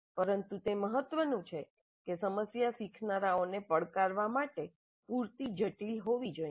પરંતુ તે મહત્વનું છે કે સમસ્યા શીખનારાઓને પડકારવા માટે પૂરતી જટિલ હોવી જોઈએ